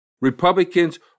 Republicans